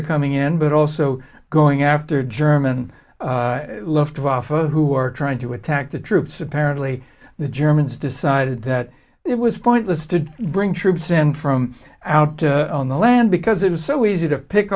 are coming in but also going after german lifted off who are trying to attack the troops apparently the germans decided that it was pointless to bring troops in from out on the land because it was so easy to pick